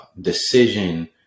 decision